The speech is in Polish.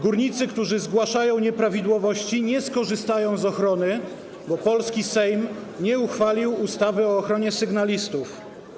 Górnicy, którzy zgłaszają nieprawidłowości, nie skorzystają z ochrony, bo polski Sejm nie uchwalił ustawy o ochronie sygnalistów.